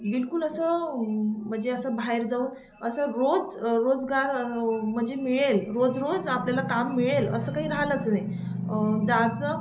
बिलकुल असं म्हणजे असं बाहेर जाऊन असं रोज रोजगार म्हणजे मिळेल रोज रोज आपल्याला काम मिळेल असं काही राहिलंच नाही जायचं